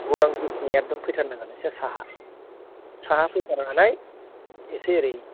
गौरां ब्रिज नि एकद'म फैथारनांगोन एसे साहा साहा फैनाबावनानै एसे एरै